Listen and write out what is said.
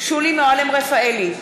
שולי מועלם-רפאלי,